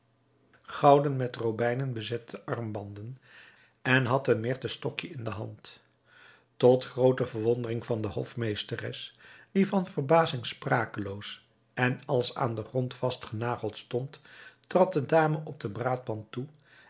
gouden met robijnen bezette armbanden en had een myrten stokje in de hand tot groote verwondering van de hofmeesteres die van verbazing sprakeloos en als aan den grond vastgenageld stond trad de dame op de braadpan toe